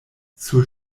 sur